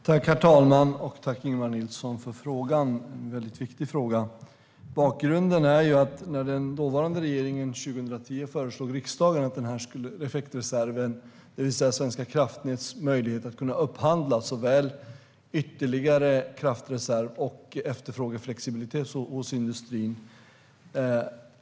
Herr talman! Tack, Ingemar Nilsson, för frågan - en väldigt viktig fråga! Bakgrunden är att den dåvarande regeringen 2010 föreslog riksdagen att effektreserven, det vill säga Svenska kraftnäts möjlighet att upphandla såväl ytterligare kraftreserv som efterfrågeflexibilitet hos industrin.